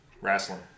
Wrestling